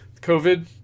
COVID